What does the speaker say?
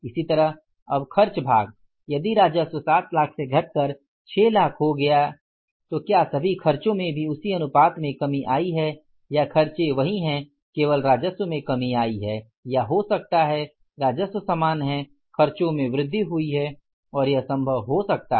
इसी तरह अब खर्च भाग यदि राजस्व 7 लाख से घटकर 6 हो गया है तो क्या सभी खर्चों में भी उसी अनुपात में कमी आई है या खर्चे वही है केवल राजस्व में कमी आई है या हो सकता है राजस्व समान है खर्चों में वृद्धि हुई है और यह संभव हो सकता है